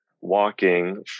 walking